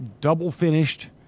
double-finished